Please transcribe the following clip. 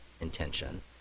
intention